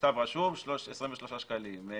מכתב רשום כמה עולה.